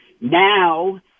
now